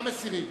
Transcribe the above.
מסירה.